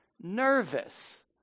nervous